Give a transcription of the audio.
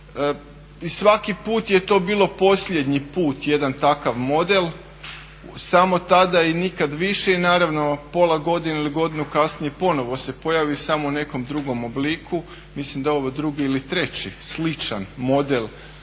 I svaki put je to bilo posljednji put jedan takav model. Samo tada i nikad više i naravno pola godine ili godinu kasnije ponovo se pojavi samo u nekom drugom obliku. Mislim da je ovo drugi ili treći sličan model nekog